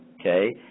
okay